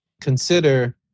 consider